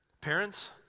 Parents